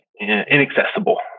inaccessible